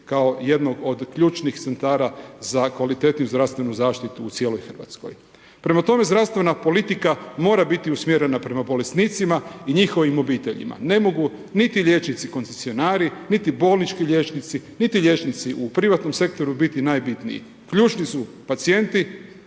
kao jednog od ključnih centara za kvalitetniju zdravstvenu zaštitu u cijeloj Hrvatskoj. Prema tome, zdravstvena politika mora biti usmjerena prema bolesnicima i njihovim obiteljima, ne mogu niti liječnici koncesionari niti bolnički liječnici niti liječnici u privatnom sektoru biti najbitniji. Ključni su pacijenti,